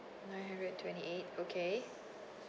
one hundred twenty eight okay